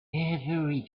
every